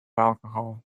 alcohol